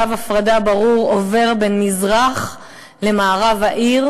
קו הפרדה ברור עובר בין מזרח למערב העיר,